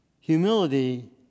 Humility